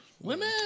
Women